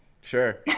Sure